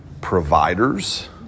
providers